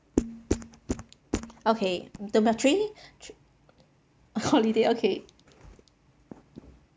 okay number three holiday okay